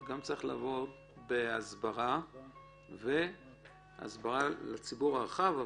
וגם בהסברה לציבור הרחב.